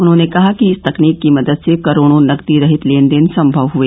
उन्होंने कहा कि इस तकनीक की मदद से करोडों नकदी रहित लेनदेन सम्भव हए